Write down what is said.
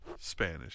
Spanish